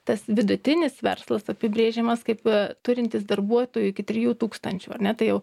tas vidutinis verslas apibrėžiamas kaip turintys darbuotojų iki trijų tūkstančių ar ne tai jau